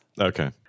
Okay